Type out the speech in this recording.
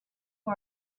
who